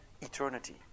eternity